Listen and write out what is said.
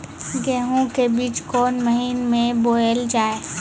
गेहूँ के बीच कोन महीन मे बोएल जाए?